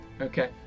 Okay